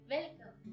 Welcome